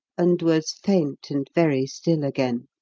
and was faint and very still again.